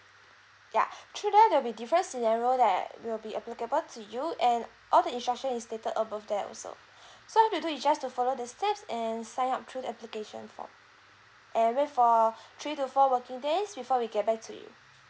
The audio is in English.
ya through there there'll be different scenario that will be applicable to you and all the instruction is stated above there also so all you have to do is just to follow the steps and sign up through the application form and wait for three to four working days before we get back to you